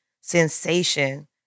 sensation